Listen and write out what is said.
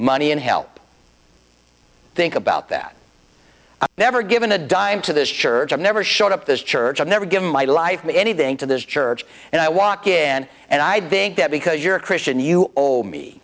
money and help think about that never given a dime to this church i've never showed up this church i've never given my life mean anything to this church and i walk in and i think that because you're a christian you old me